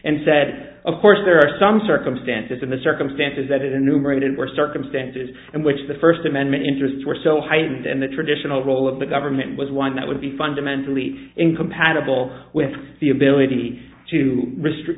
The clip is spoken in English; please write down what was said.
and said of course there are some circumstances in the circumstances that enumerated were circumstances in which the first amendment interests were so heightened in the traditional role of the government was one that would be fundamentally incompatible with the ability to restrict